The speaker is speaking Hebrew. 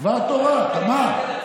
דבר תורה, תמר.